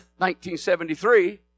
1973